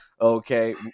Okay